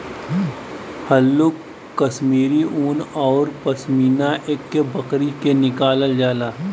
हल्लुक कश्मीरी उन औरु पसमिना एक्के बकरी से निकालल जाला